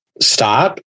stop